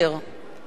אינו נוכח